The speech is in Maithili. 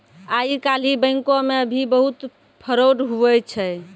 आइ काल्हि बैंको मे भी बहुत फरौड हुवै छै